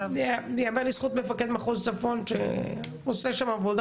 ייאמר לזכות מפקד מחוז צפון שהוא עושה שם עבודה